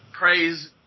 praise